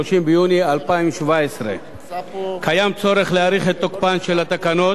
30 ביוני 2017. יש צורך להאריך את תוקפן של התקנות,